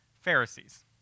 Pharisees